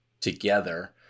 together